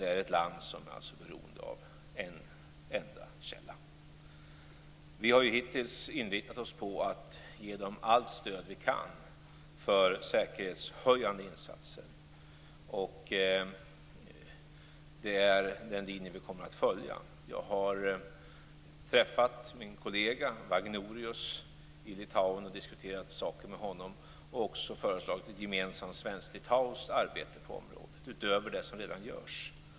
Det är ett land som alltså är beroende av en enda källa. Vi har ju hittills inriktat oss på att ge dem allt stöd vi kan för säkerhetshöjande insatser. Det är den linje vi kommer att följa. Jag har träffat min kollega Vagnorius i Litauen och diskuterat saken med honom och även föreslagit ett gemensamt svenskt-litauiskt arbete på området utöver det som redan görs.